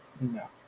No